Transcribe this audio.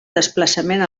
desplaçament